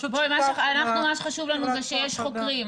מה שחשוב לנו זה שיש חוקרים.